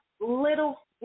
little